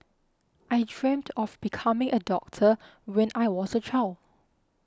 I dreamt of becoming a doctor when I was a child